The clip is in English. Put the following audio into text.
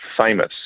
famous